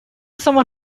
someone